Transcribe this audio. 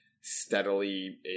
steadily